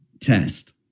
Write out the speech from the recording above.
test